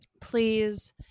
Please